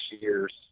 years